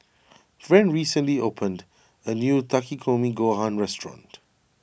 Friend recently opened a new Takikomi Gohan restaurant